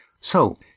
So